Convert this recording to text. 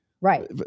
right